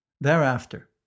Thereafter